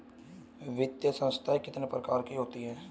वित्तीय संस्थाएं कितने प्रकार की होती हैं?